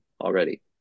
already